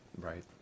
Right